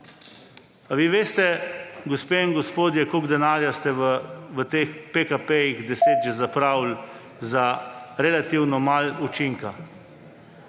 Vi veste, gospe in gospodje, koliko denarja ste v teh PKP-jih deset že zapravili za relativno malo učinka?